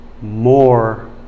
more